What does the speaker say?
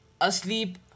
asleep